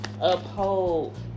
uphold